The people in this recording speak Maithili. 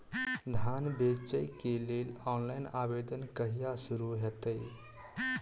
धान बेचै केँ लेल ऑनलाइन आवेदन कहिया शुरू हेतइ?